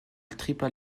triple